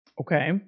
okay